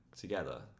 together